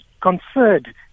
conferred